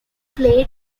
played